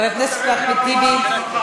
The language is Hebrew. ותרד מהדוכן, זמנך עבר.